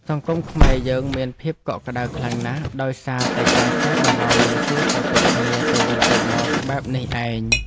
សង្គមខ្មែរយើងមានភាពកក់ក្តៅខ្លាំងណាស់ដោយសារតែការចេះបារម្ភនិងសួរសុខទុក្ខគ្នាទៅវិញទៅមកបែបនេះឯង។